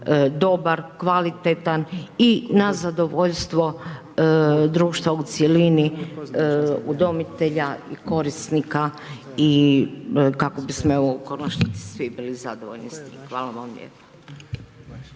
dobar, kvalitetan i na zadovoljstvo društva u cjelini udomitelja i korisnika kako bismo evo u konačnici svi bili zadovoljni s tim. Hvala vam lijepa.